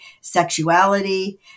sexuality